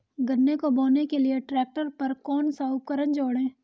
गन्ने को बोने के लिये ट्रैक्टर पर कौन सा उपकरण जोड़ें?